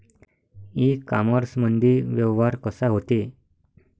इ कामर्समंदी व्यवहार कसा होते?